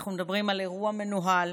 אנחנו מדברים על אירוע מנוהל,